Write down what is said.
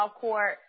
court